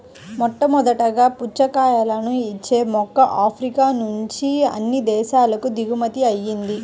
మొట్టమొదటగా పుచ్చకాయలను ఇచ్చే మొక్క ఆఫ్రికా నుంచి అన్ని దేశాలకు దిగుమతి అయ్యింది